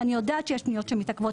ואני יודעת שיש פניות שמתעכבות,